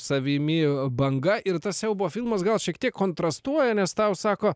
savimi banga ir tas siaubo filmas gal šiek tiek kontrastuoja nes tau sako